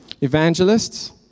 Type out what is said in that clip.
Evangelists